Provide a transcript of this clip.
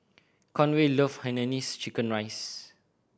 Conway love hainanese chicken rice